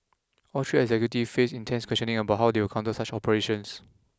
all three executives faced intense questioning about how they will counter such operations